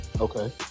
Okay